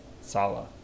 Salah